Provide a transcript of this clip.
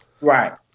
Right